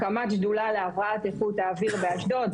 הקמת שדולה להבראת איכות האוויר באשדוד.